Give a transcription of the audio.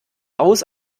aus